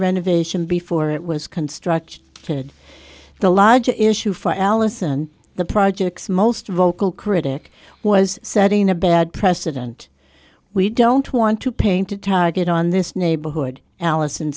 renovation before it was constructed that the larger issue for allison the projects most vocal critic was setting a bad precedent we don't want to paint a target on this neighborhood allison